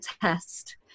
test